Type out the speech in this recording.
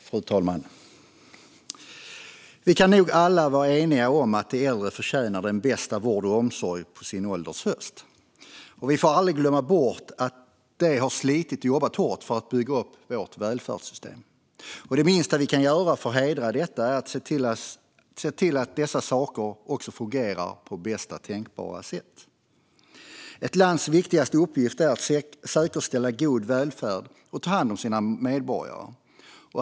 Fru talman! Vi kan nog alla vara eniga om att de äldre förtjänar den bästa vården och omsorgen på sin ålders höst. Vi får aldrig glömma bort att de har slitit och jobbat hårt för att bygga upp vårt välfärdssystem. Och det minsta vi kan göra för att hedra detta är att se till att dessa saker också fungerar på bästa tänkbara sätt. Ett lands viktigaste uppgift är att säkerställa god välfärd och att ta hand om sina medborgare.